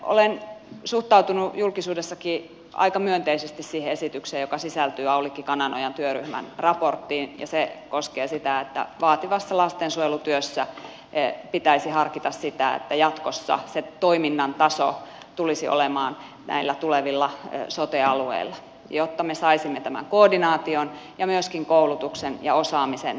olen suhtautunut julkisuudessakin aika myönteisesti siihen esitykseen joka sisältyy aulikki kananojan työryhmän raporttiin ja se koskee sitä että vaativassa lastensuojelutyössä pitäisi harkita sitä että jatkossa se toiminnan taso tulisi olemaan näillä tulevilla sote alueilla jotta me saisimme tämän koordinaation ja myöskin koulutuksen ja osaamisen varmistettua